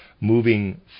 Moving